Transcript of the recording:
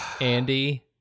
Andy